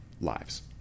lives